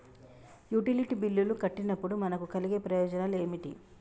Utility బిల్లులు కట్టినప్పుడు మనకు కలిగే ప్రయోజనాలు ఏమిటి?